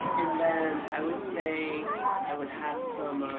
and then i would say i would have some